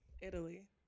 Italy